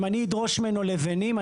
אם אני אדרוש ממנו לבנים,